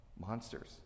monsters